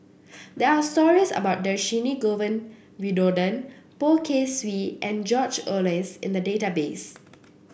there are stories about Dhershini Govin Winodan Poh Kay Swee and George Oehlers in the database